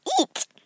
eat